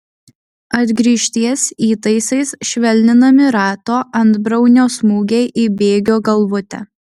atgrįžties įtaisais švelninami rato antbriaunio smūgiai į bėgio galvutę